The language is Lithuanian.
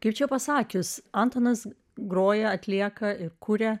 kaip čia pasakius antanas groja atlieka ir kūrė